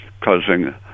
causing